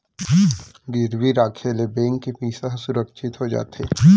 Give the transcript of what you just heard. गिरवी राखे ले बेंक के पइसा ह सुरक्छित हो जाथे